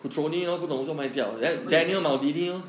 mm I remember you ha~